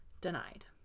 denied